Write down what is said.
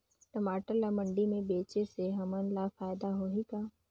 टमाटर ला मंडी मे बेचे से हमन ला फायदा होही का?